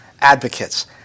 advocates